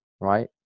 right